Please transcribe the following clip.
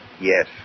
Yes